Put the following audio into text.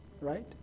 Right